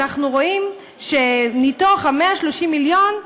אנחנו רואים שמתוך 130 המיליון,